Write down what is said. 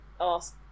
ask